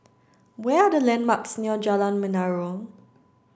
we are the landmarks near Jalan Menarong